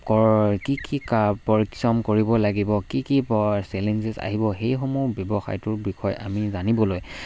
কৰ কি কি ক পৰিশ্ৰম কৰিব লাগিব কি কি প চেলেঞ্জেছ আহিব সেইসমূহ ব্যৱসায়টোৰ বিষয়ে আমি জানিবলৈ